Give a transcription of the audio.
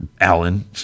Alan